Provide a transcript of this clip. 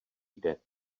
jde